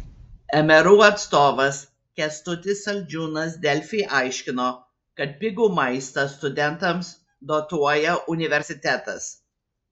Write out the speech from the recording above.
mru atstovas kęstutis saldžiūnas delfi aiškino kad pigų maistą studentams dotuoja universitetas